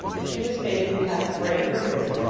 if she was fated to have sprained her wrist,